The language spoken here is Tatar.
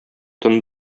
тын